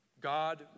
God